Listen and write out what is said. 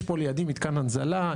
יש פה לידי מתקן הנזלה,